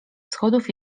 schodów